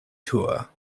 tour